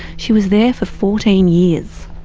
she was there for fourteen years.